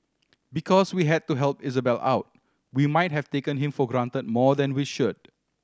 because we had to help Isabelle out we might have taken him for granted more than we should